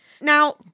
Now